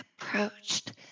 approached